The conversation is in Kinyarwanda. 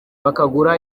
bakagura